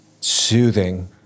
soothing